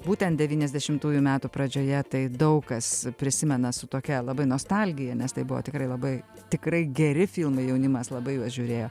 būtent devyniasdešimtųjų metų pradžioje tai daug kas prisimena su tokia labai nostalgija nes tai buvo tikrai labai tikrai geri filmai jaunimas labai juos žiūrėjo